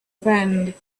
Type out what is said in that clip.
friend